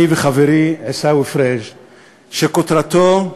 אני וחברי עיסאווי פריג' שכותרתו: